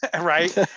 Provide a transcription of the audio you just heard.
right